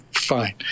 fine